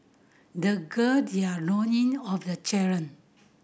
they gird their loin of the challenge